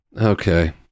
okay